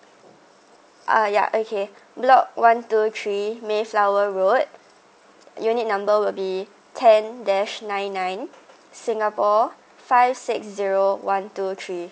uh yeah okay block one two three mayflower road unit number will be ten dash nine nine singapore five six zero one two three